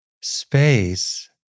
space